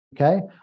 okay